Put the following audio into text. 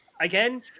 Again